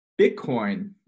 Bitcoin